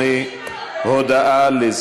אין נמנעים.